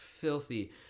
filthy